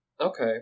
Okay